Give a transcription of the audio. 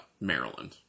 Maryland